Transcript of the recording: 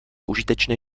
užitečné